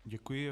Děkuji.